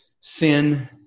sin